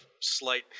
slight